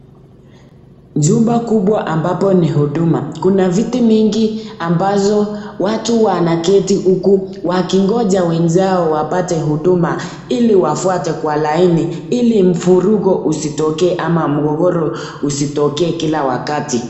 Jumba kubwa ambapo ni huduma. Kuna viti mingi ambazo watu wanaketi uku wakigonja wenzao wapate huduma ili wafuate kwa laini ili mfurungo usitokee ama mgogoro usitokee kila wakati.